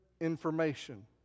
information